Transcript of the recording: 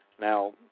Now